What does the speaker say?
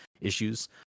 issues